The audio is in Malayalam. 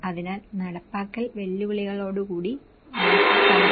അതിനാൽ നടപ്പാക്കൽ വെല്ലുവിളികളോടുകൂടി ഞാൻ സംഗ്രഹിക്കുന്നു